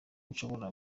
nshobora